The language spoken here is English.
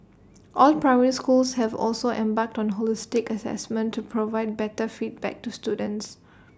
all primary schools have also embarked on holistic Assessment to provide better feedback to students